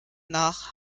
nach